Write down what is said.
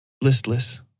Listless